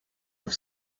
have